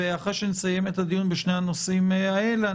אחרי שנסיים את הדיון בשני הנושאים האלה,